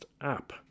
app